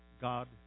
God